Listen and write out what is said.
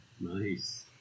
Nice